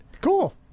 Cool